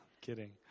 kidding